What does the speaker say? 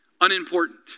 Unimportant